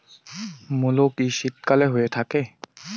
মূলো কি শীতকালে হয়ে থাকে?